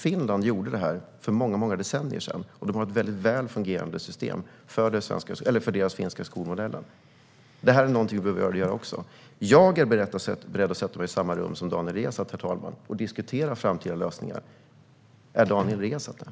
Finland gjorde det här för många decennier sedan, och de har ett väl fungerande system för den finska skolmodellen. Det här är någonting som vi också borde göra. Jag är beredd att sätta mig i samma rum som Daniel Riazat och diskutera framtida lösningar. Är Daniel Riazat det?